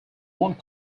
one